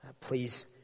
Please